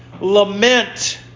lament